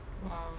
!wow!